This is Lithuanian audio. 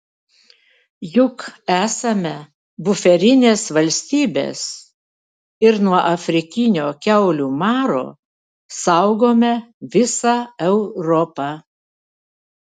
juk esame buferinės valstybės ir nuo afrikinio kiaulių maro saugome visą europą